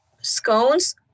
scones